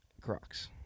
Crocs